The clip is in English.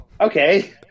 okay